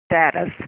status